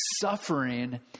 Suffering